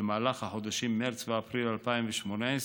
במהלך החודשים מרס ואפריל 2018,